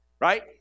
right